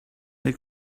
they